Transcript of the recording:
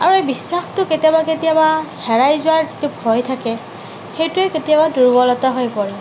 আৰু এই বিশ্বাসটো কেতিয়াবা কেতিয়াবা হেৰাই যোৱাৰ যিটো ভয় থাকে সেইটোৱেই কেতিয়াবা দুৰ্বলতা হৈ পৰে